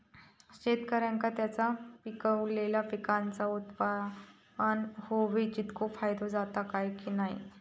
शेतकऱ्यांका त्यांचा पिकयलेल्या पीकांच्या उत्पन्नार होयो तितको फायदो जाता काय की नाय?